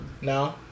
No